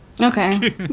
Okay